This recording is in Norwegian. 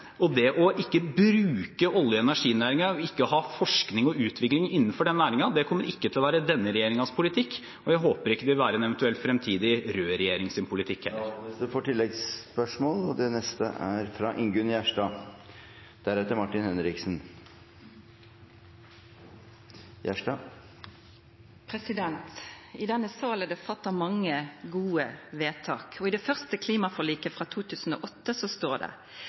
Og det ikke å bruke olje- og energinæringen, ikke ha forskning og utvikling innenfor den næringen, kommer ikke til å være denne regjeringens politikk, og jeg håper ikke det vil være en eventuell fremtidig rød regjerings politikk. Det åpnes for oppfølgingsspørsmål – først Ingunn Gjerstad. I denne salen er det fatta mange gode vedtak, og i det første klimaforliket, frå 2008, står det: